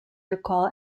recall